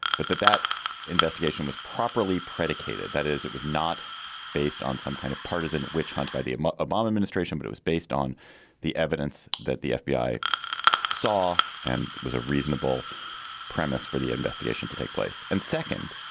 but that that investigation was properly predicated. that is it was not based on some kind of partisan witch hunt by the um ah obama administration, but it was based on the evidence that the fbi saw and was a reasonable premise for the investigation to take place. and second,